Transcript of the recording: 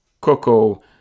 cocoa